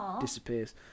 Disappears